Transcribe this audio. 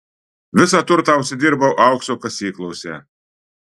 visą turtą užsidirbau aukso kasyklose